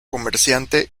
comerciante